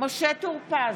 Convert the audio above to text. משה טור פז,